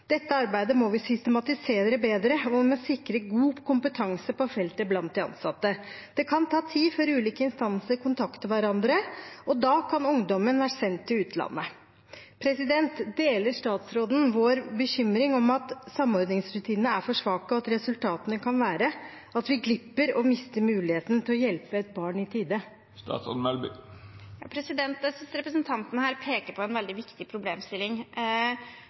Dette arbeidet må vi systematisere bedre, og vi må sikre god kompetanse på feltet blant de ansatte. Det kan ta tid før ulike instanser kontakter hverandre, og da kan ungdommen ha blitt sendt til utlandet. Deler statsråden vår bekymring om at samordningsrutinene er for svake, og at resultatet kan være at det glipper, og at vi mister muligheten til å hjelpe et barn i tide? Jeg synes representanten her peker på en veldig viktig problemstilling.